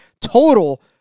total